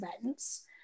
events